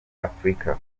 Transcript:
afurika